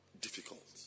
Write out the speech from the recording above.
difficult